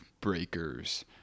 breakers